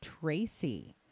Tracy